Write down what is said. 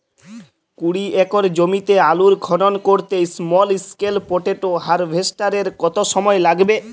কুড়ি একর জমিতে আলুর খনন করতে স্মল স্কেল পটেটো হারভেস্টারের কত সময় লাগবে?